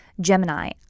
Gemini